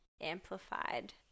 amplified